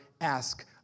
ask